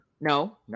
no